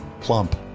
plump